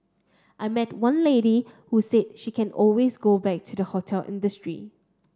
I met one lady who said she can always go back to the hotel industry